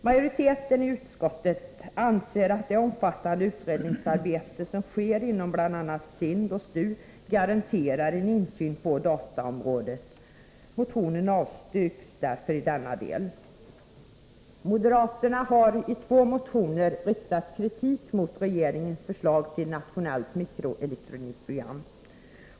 Majoriteten i utskottet anser att det omfattande utredningsarbete som sker inom bl.a. SIND och STU garanterar en insyn på dataområdet. Motionen avstyrks därför i denna del. Moderaterna har i två motioner riktat kritik mot regeringens förslag till nationellt mikroelektronikprogram.